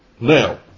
now